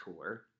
tour